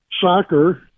soccer